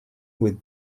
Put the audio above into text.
with